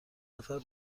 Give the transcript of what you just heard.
نفر